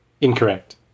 Incorrect